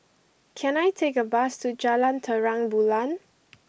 can I take a bus to Jalan Terang Bulan